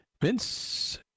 Vince